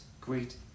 great